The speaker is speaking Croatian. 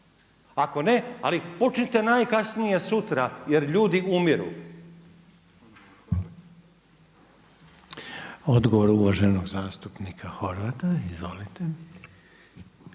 Ako ne, ali počnite najkasnije sutra jer ljudi umiru.